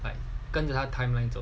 like 跟着他 timeline